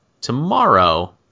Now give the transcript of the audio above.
tomorrow